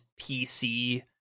PC